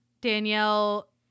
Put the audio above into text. Danielle